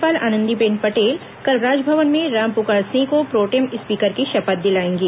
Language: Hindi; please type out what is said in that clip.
राज्यपाल आनंदीबेन पटेल कल राजभवन में रामपुकार सिंह को प्रोटेम स्पीकर की शपथ दिलाएंगी